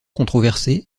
controversé